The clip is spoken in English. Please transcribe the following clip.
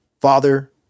father